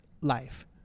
life